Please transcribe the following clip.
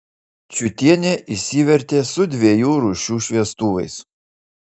čiutienė išsivertė su dviejų rūšių šviestuvais